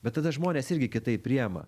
bet tada žmonės irgi kitaip priėma